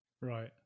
right